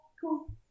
cool